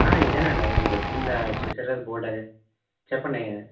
ఇదేనండి అది మీరొచ్చింది చూశారు కదా బోర్డు అదే చెప్పండి